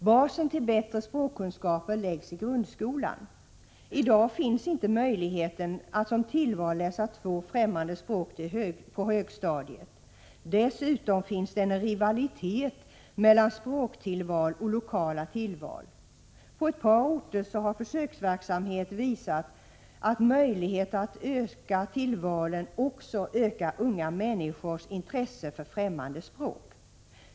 Basen till bättre språkkunskaper läggs i grundskolan. I dag finns inte möjligheten att som tillval läsa två främmande språk på högstadiet. Dessutom finns det en ”rivalitet” mellan språktillval och lokala tillval. På ett parorter har försöksverkamhet visat att möjlighet att öka tillvalen också ökar unga människors intresse för främmande språk.